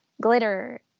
glitter